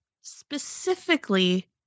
specifically